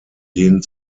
denen